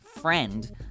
friend